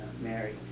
Mary